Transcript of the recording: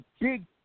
big